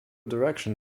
direction